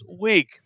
week